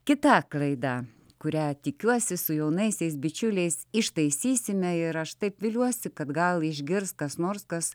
kita klaida kurią tikiuosi su jaunaisiais bičiuliais ištaisysime ir aš taip viliuosi kad gal išgirs kas nors kas